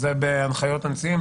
זה בהנחיות הנשיאים.